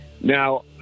Now